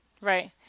Right